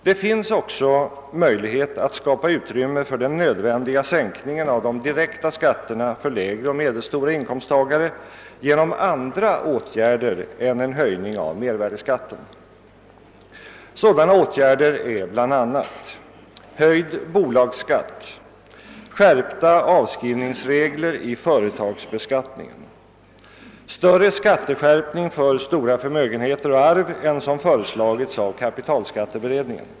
Det finns också möjlighet att skapa utrymme för den nödvändiga sänkningen av de direkta skatterna för lägre och medelstora inkomsttagare genom andra åtgärder än en höjning av mervärdeskatten. Sådana åtgärder är bl.a.: Höjd bolagsskatt. Skärpta avskrivningsregler i företagsbeskattningen. Större skatteskärpning för stora förmögenheter och arv än som föreslagits av kapitalskatteberedningen.